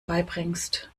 beibringst